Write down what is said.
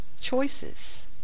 Choices